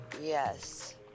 Yes